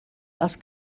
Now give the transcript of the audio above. els